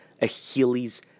achilles